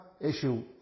issue